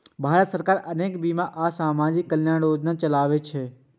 भारत सरकार अनेक बीमा आ सामाजिक कल्याण योजना चलाबै छै